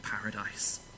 paradise